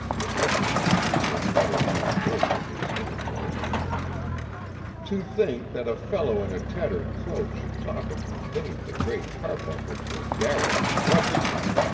the best of whom he held utterly unworthy of his intercourse to think that a fellow in a tattered cloak should talk of conveying the great carbuncle to a garret in grub street!